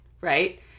right